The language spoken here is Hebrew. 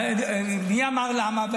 מי אמר למה?